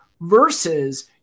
versus